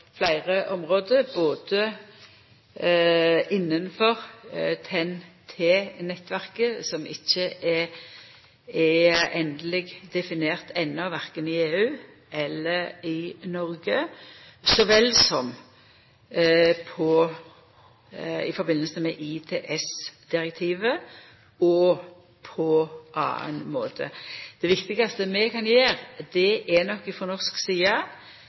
fleire område, både innanfor TEN-T-nettverket, som ikkje er endeleg definert enno, verken i EU eller i Noreg, så vel som i samanheng med ITS-direktivet og på annan måte. Det viktigaste vi kan gjera, er nok frå norsk side